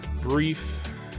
brief